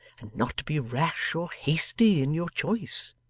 and not be rash or hasty in your choice